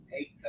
Eight